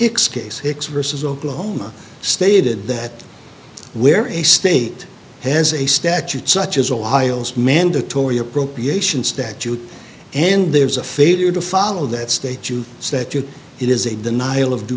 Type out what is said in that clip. excuse hicks versus oklahoma stated that where a state has a statute such as ohio's mandatory appropriation statute and there's a failure to follow that state you say that you it is a denial of due